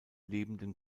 lebenden